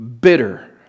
bitter